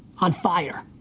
on fire.